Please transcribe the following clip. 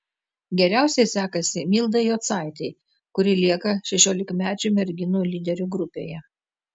geriausiai sekasi mildai jocaitei kuri lieka šešiolikmečių merginų lyderių grupėje